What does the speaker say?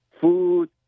food